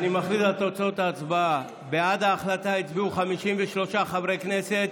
אני מכריז על תוצאות ההצבעה: בעד ההחלטה הצביעו 53 חברי כנסת,